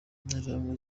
interahamwe